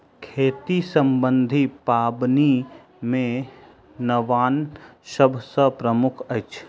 खेती सम्बन्धी पाबनि मे नवान्न सभ सॅ प्रमुख अछि